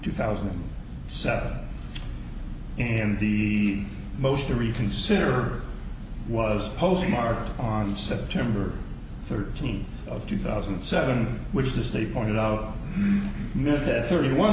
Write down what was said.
two thousand and seven and the most to reconsider was postmarked on september thirteenth of two thousand and seven which is this they pointed out that thirty one